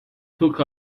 took